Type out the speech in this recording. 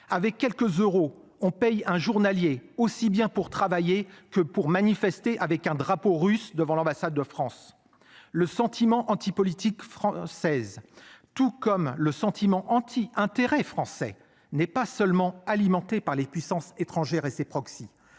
Avec quelques euros on paye un journalier, aussi bien pour travailler que pour manifester avec un drapeau russe devant l'ambassade de France le sentiment antipolitique française tout comme le sentiment anti- intérêts français n'est pas seulement alimenté par les puissances étrangères et ces proxy